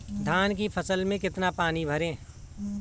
धान की फसल में कितना पानी भरें?